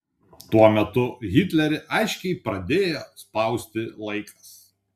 tuo metu hitlerį aiškiai pradėjo spausti laikas